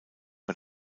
war